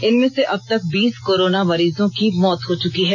इनमें से अब तक बीस कोरोना मरीजों की मौत हो चुकी है